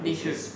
they should